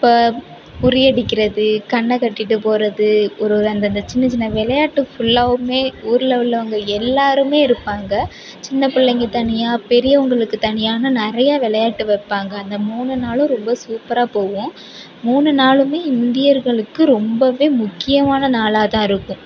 இப்போ உரி அடிக்கிறது கண்ணக்கட்டிட்டுப் போகிறது ஒரு ஒரு அந்தந்த சின்ன சின்ன விளையாட்டு ஃபுல்லாவுமே ஊரில் உள்ளவங்க எல்லாருமே இருப்பாங்க சின்னப் பிள்ளைங்க தனியாக பெரியவங்களுக்குத் தனியான்னு நிறைய விளையாட்டு வைப்பாங்க அந்த மூனு நாளும் ரொம்ப சூப்பராக போவும் மூணு நாளுமே இந்தியர்களுக்கு ரொம்பவே முக்கியமான நாளாகதான் இருக்கும்